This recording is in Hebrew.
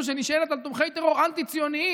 שנשענת על תומכי טרור אנטי-ציוניים,